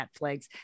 Netflix